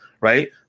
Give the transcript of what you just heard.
Right